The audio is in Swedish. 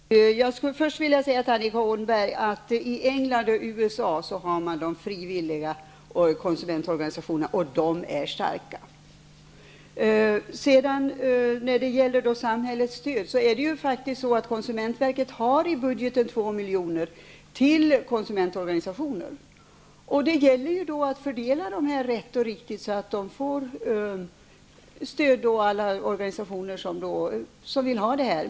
Herr talman! Jag skulle först vilja säga till Annika Åhnberg att man i England och USA har frivilliga konsumentorganisationer, och de är starka. Beträffande samhällets stöd får faktiskt konsumentverket i budgeten 2 miljoner till konsumentorganisationer. Det gäller att fördela medlen rätt och riktigt så att alla organisationer som behöver stöd får det.